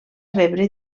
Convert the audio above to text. rebre